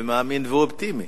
מאמין ואופטימי.